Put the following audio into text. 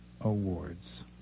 Awards